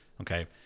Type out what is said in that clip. okay